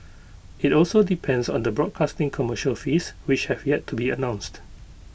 IT also depends on the broadcasting commercial fees which have yet to be announced